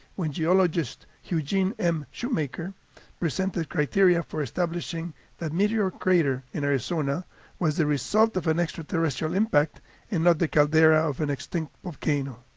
when geologist eugene m. shoemaker presented criteria for establishing that meteor crater in arizona was the result of an extraterrestrial impact and not the caldera of an extinct volcano.